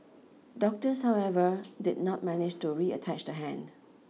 doctors however did not manage to reattach the hand